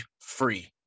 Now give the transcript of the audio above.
free